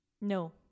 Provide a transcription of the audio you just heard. No